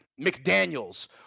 McDaniels